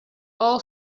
all